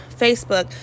Facebook